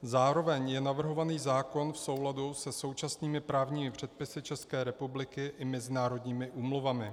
Zároveň je navrhovaný zákon v souladu se současnými právními předpisy České republiky i mezinárodními úmluvami.